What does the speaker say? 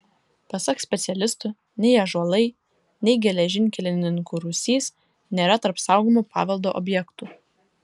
pasak specialistų nei ąžuolai nei geležinkelininkų rūsys nėra tarp saugomų paveldo objektų